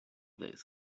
this